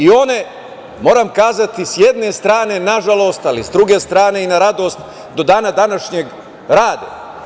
One, moram reći, s jedne strane, nažalost, ali s druge strane i na radost, do dana današnjeg rade.